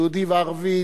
יהודי וערבי,